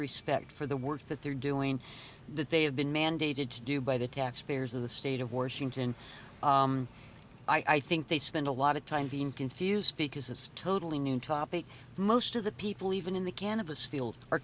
respect for the work that they're doing that they have been mandated to do by the taxpayers of the state of washington i think they spend a lot of time being confused because it's totally new topic most of the people even in the can